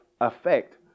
effect